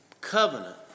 covenant